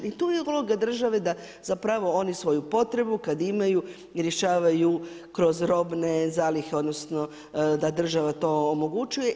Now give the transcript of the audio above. I tu je uloga države da zapravo oni svoju potrebu rješavaju kroz robne zalihe, odnosno da država to omogućuje.